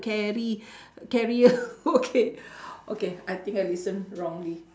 carry career okay okay I think I listen wrongly